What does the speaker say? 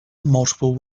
multiple